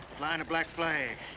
flying the black flag.